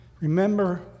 Remember